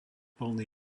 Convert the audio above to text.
plný